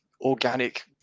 organic